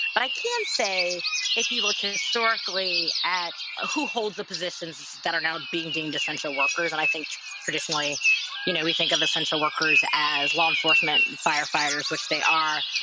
but i can't say if you look historically at who holds the positions that are now being deemed essential workers and i think traditionally you know we think of essential workers as law enforcement and firefighters, which they are.